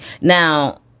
now